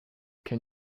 can